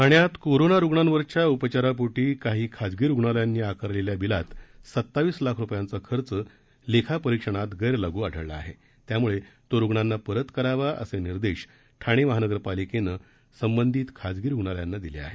ठाण्यात कोरोना रुग्णांवरच्या उपचारांपोटी काही खाजगी रुग्णालयांनी आकारलेल्या बिलात सतावीस लाख रुपयांचा खर्च लेखापरीक्षणात गैरलाग् आढळला आहे त्यामुळे तो रुग्णांना परत करावा असे निर्देश ठाणे महानगरपालिकेनं संबंधित खाजगी रुग्णालयांना दिले आहेत